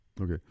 Okay